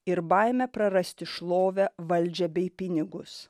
ir baimė prarasti šlovę valdžią bei pinigus